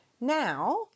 Now